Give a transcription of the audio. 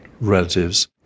relatives